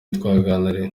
twaganiriye